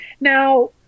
Now